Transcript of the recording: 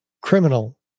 criminal